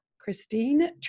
Christine